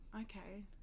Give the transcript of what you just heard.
Okay